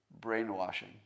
brainwashing